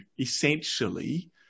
essentially